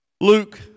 Luke